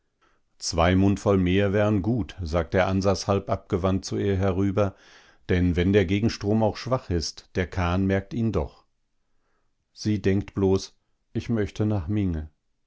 zwei mundvoll mehr wären gut sagt der ansas halb abgewandt zu ihr herüber denn wenn der gegenstrom auch schwach ist der kahn merkt ihn doch sie denkt bloß ich möchte nach minge